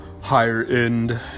higher-end